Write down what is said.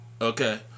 Okay